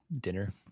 dinner